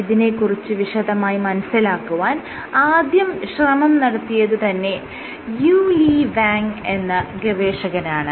ഇതിനെ കുറിച്ച് വിശദമായി മനസ്സിലാക്കുവാൻ ആദ്യ ശ്രമം നടത്തിയത് തന്നെ യൂ ലി വാങ് എന്ന ഗവേഷകനാണ്